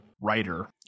writer